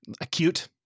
acute